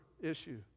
issue